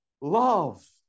love